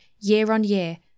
year-on-year